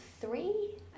three